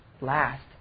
last